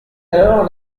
alors